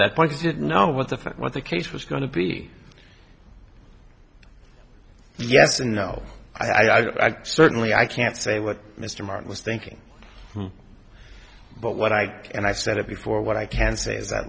that point didn't know what the fact what the case was going to be yes and no i certainly i can't say what mr martin was thinking but what i and i said it before what i can say is that